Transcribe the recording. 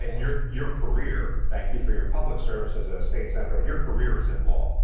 and your your career, thank you for your public service as a state senator, but your career is in law.